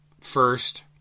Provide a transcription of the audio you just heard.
first